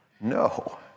No